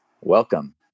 Welcome